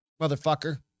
Motherfucker